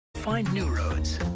find new